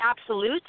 absolute